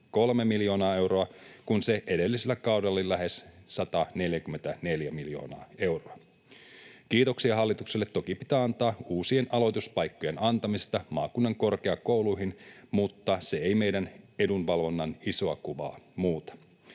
73 miljoonaa euroa, kun se edellisellä kaudella oli lähes 144 miljoonaa euroa. Kiitoksia hallitukselle toki pitää antaa uusien aloituspaikkojen antamisesta maakunnan korkeakouluihin, mutta se ei muuta meidän edunvalvontamme isoa kuvaa.